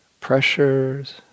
pressures